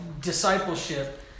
discipleship